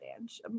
Ange